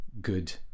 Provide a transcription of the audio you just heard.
good